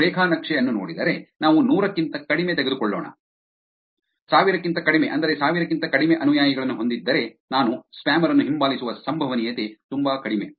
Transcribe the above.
ನೀವು ರೇಖಾ ನಕ್ಷೆ ಅನ್ನು ನೋಡಿದರೆ ನಾವು ನೂರಕ್ಕಿಂತ ಕಡಿಮೆ ತೆಗೆದುಕೊಳ್ಳೋಣ ಸಾವಿರಕ್ಕಿಂತ ಕಡಿಮೆ ಅಂದರೆ ಸಾವಿರಕ್ಕಿಂತ ಕಡಿಮೆ ಅನುಯಾಯಿಗಳನ್ನು ಹೊಂದಿದ್ದರೆ ನಾನು ಸ್ಪ್ಯಾಮರ್ ಅನ್ನು ಹಿಂಬಾಲಿಸುವ ಸಂಭವನೀಯತೆ ತುಂಬಾ ಕಡಿಮೆ